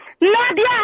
Nadia